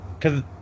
cause